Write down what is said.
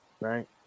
right